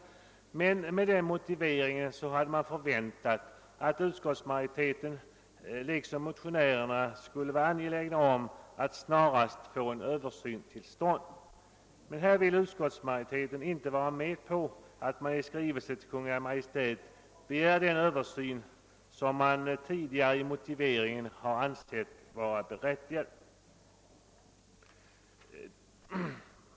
Men med denna motivering hade man förväntat, att utskottsmajoriteten liksom motionärerna skulle vara angelägen om att snarast få en översyn till stånd. Men här vill nu utskottsmajoriteten inte vara med på att man i skrivelse till Kungl. Maj:t begär den översyn som man tidigare i motiveringen har ansett vara berättigad.